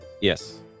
yes